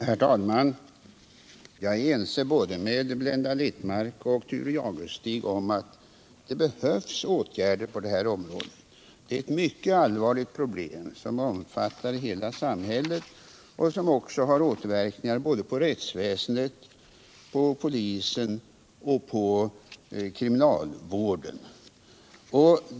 Herr talman! Jag är ense med både Blenda Littmarck och Thure Jadestig om att det behövs åtgärder på detta område. Det är ett mycket allvarligt problem som omfattar hela samhället och som också har återverkningar både på rättsväsendet, på polisen och på kriminalvården.